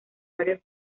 varios